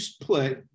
play